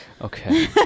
okay